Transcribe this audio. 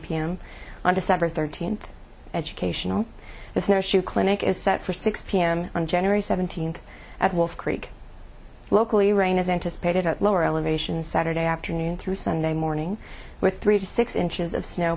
pm on december thirteenth educational the snowshoe clinic is set for six p m ungenerous seventeenth at wolf creek locally rain is anticipated at lower elevations saturday afternoon through sunday morning with three to six inches of snow